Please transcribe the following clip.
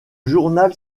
journal